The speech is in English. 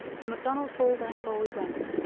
to macdonald-hall, therefore we went,